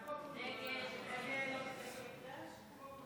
הסתייגות 45 לא נתקבלה.